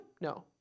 No